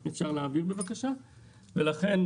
לכן,